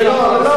לא.